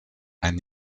ein